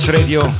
Radio